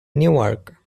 newark